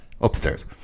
upstairs